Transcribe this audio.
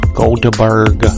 Goldberg